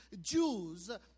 Jews